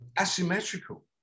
asymmetrical